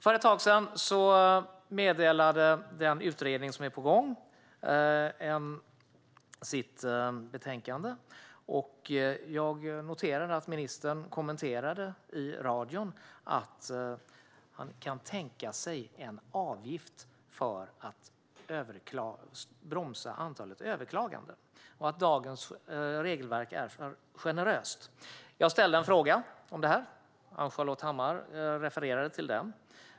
För ett tag sedan meddelade den utredning som är på gång sitt betänkande, och jag noterar att ministern kommenterade i radion att han kan tänka sig en avgift för att bromsa antalet överklaganden och att dagens regelverk är för generöst. Jag ställde en skriftlig fråga om det här, och Ann-Charlotte Hammar Johnsson refererade till den.